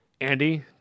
Andy